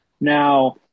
Now